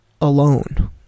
Alone